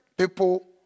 people